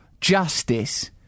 justice